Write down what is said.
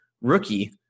rookie